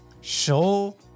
Show